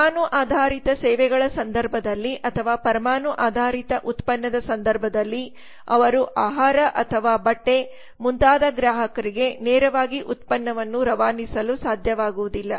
ಪರಮಾಣು ಆಧಾರಿತ ಸೇವೆಗಳ ಸಂದರ್ಭದಲ್ಲಿ ಅಥವಾ ಪರಮಾಣು ಆಧಾರಿತ ಉತ್ಪನ್ನದ ಸಂದರ್ಭದಲ್ಲಿ ಅವರು ಆಹಾರ ಅಥವಾ ಬಟ್ಟೆ ಮುಂತಾದ ಗ್ರಾಹಕರಿಗೆ ನೇರವಾಗಿ ಉತ್ಪನ್ನವನ್ನು ರವಾನಿಸಲು ಸಾಧ್ಯವಾಗುವುದಿಲ್ಲ